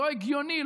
לא הגיוני,